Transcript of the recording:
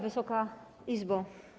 Wysoka Izbo!